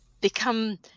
become